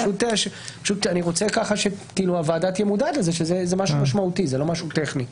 וחשוב שהוועדה תהיה מודעת לכך שזה משהו משמעותי ולא משהו טכני.